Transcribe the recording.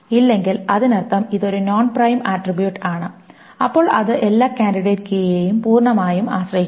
ഇല്ലെങ്കിൽ അതിനർത്ഥം ഇത് ഒരു നോൺ പ്രൈം ആട്രിബ്യൂട്ട് ആണ് അപ്പോൾ അത് എല്ലാ കാൻഡിഡേറ്റ് കീയെയും പൂർണമായും ആശ്രയിക്കുന്നു